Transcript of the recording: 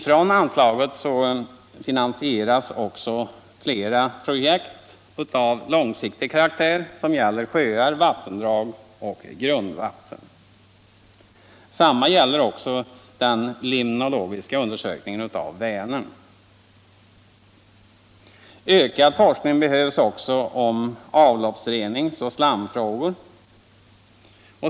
Från anslaget finansieras också flera projekt av långsiktig karaktär som gäller sjöar, vattendrag och grundvatten. Detsamma gäller den limnologiska undersökningen i Vänern. Ökad forskning behövs också om avloppsreningsoch slamfrågor.